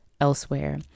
elsewhere